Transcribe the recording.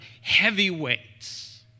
heavyweights